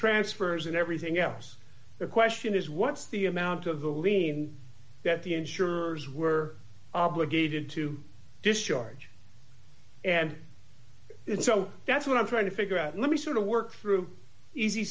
transfers and everything else the question is what's the amount of the lean that the insurers were obligated to discharge and it's so that's what i'm trying to figure out let me sort of work through easy